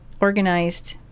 organized